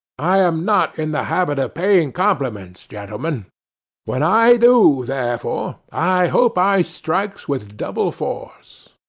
i am not in the habit of paying compliments, gentlemen when i do, therefore, i hope i strikes with double force